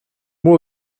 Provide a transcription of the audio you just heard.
moi